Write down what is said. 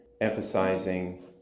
emphasizing